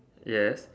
yes